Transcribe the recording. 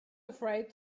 afraid